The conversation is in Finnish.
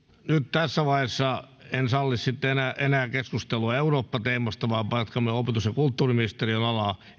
tässä vaiheessa en salli sitten enää keskustelua eurooppa teemasta vaan jatkamme opetus ja kulttuuriministeriön alaa